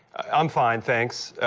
i'm fine, thanks.